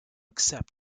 accept